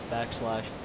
Backslash